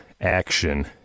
action